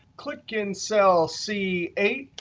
click in cell c eight,